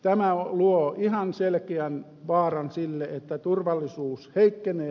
tämä luo ihan selkeän vaaran että turvallisuus heikkenee